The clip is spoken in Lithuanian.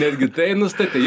netgi tai nustatei